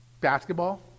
basketball